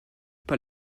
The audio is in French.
pas